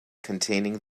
containing